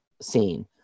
scene